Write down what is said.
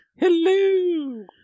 hello